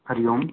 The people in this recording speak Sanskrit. हरिः ओम्